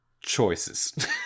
choices